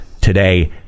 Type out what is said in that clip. today